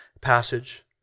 passage